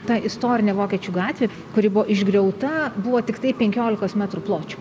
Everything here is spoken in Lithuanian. ta istorinė vokiečių gatvė kuri buvo išgriauta buvo tiktai penkiolikos metrų pločio